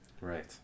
Right